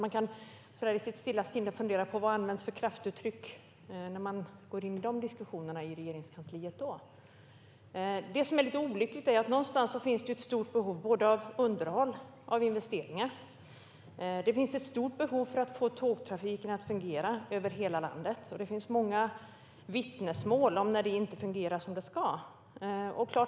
Man kan i sitt stilla sinne fundera över vilka kraftuttryck som används när Regeringskansliet går in i de diskussionerna. Vad som är lite olyckligt är att det någonstans finns ett stort behov av både underhåll och investeringar. Det finns ett stort behov av att få tågtrafiken att fungera över hela landet, och det finns många vittnesmål om när trafiken inte fungerar som den ska.